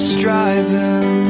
striving